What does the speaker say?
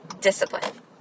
Discipline